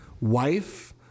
wife